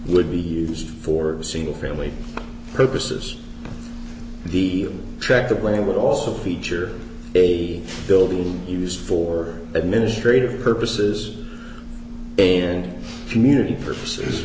would be used for single family purposes the tract of land would also feature a bill be used for administrative purposes and community purposes